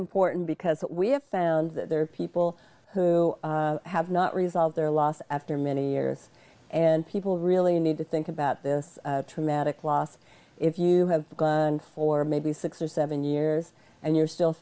important because we have found that there are people who have not resolved their loss after many years and people really need to think about this traumatic loss if you have for maybe six or seven years and you're still